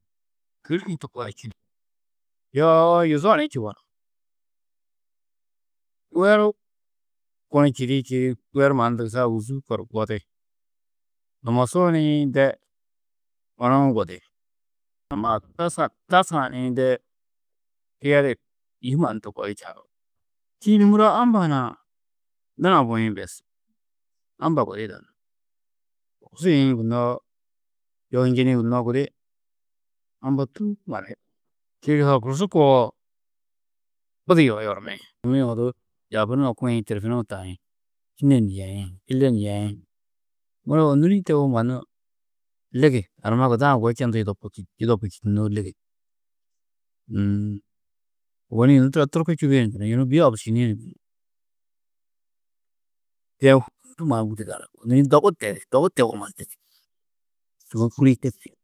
yoo yuzo ni čubonú, weru kunu čîdi čîidi, weru mannu dugusa ôguzuu kor godi, dumosuo ni de onou godi, amma tarsa-ã, tarsa-ã nii de kiyedi yî mannu to koo di čanú. Čîidi muro amba hunã duna buĩ bes, amba gudi yidanú. gunnoó yohu njenîe gunnoó gudi amba ndûu mannu yidanú. Čîidi horkusu koo budi yohi ormi-ĩ, ormi-ĩ yaabi numa ko-ĩ ̧hi tirfinuũ taĩ, tînne ni yeĩ, illi ni yeĩ, muro ônuri-ĩ tewo mannu ligi, arma guda-ã go čendu yudo yudopu čîtunoó ligi, uũ, ôwonni yunu turo turki čubîe ni gunú yunu bî abusčinîe ni gunú, de ndû mannu wûdur yidanú. Ônuri-ĩ dogu tedi, dogu tewo mannu ligi.